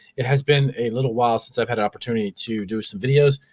it has been a little while since i've had an opportunity to do some videos.